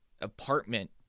apartment